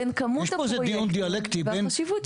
בין כמות הפרויקטים והחשיבות שלהם.